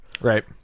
Right